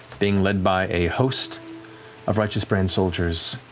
being led by a host of righteous brand soldiers